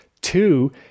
Two